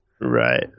right